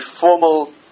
formal